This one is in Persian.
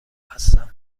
هستند